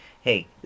hey